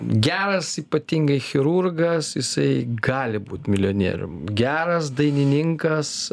geras ypatingai chirurgas jisai gali būt milijonierium geras dainininkas